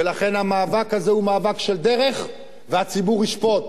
ולכן, המאבק הזה הוא מאבק של דרך, והציבור ישפוט,